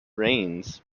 rains